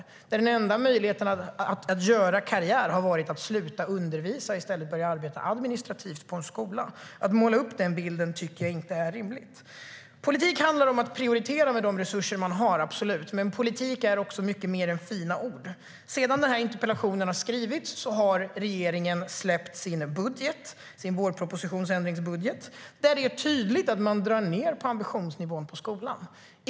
Den enda möjligheten att göra karriär har varit att sluta undervisa och i stället börja arbeta administrativt på en skola. Att måla upp den bilden tycker jag inte är rimligt. Politik handlar om att prioritera med de resurser som man har - absolut - men politik är också mycket mer än fina ord. Sedan interpellationen skrevs har regeringen släppt sin vårändringsbudget, där det är tydligt att man drar ned på ambitionsnivån i skolan.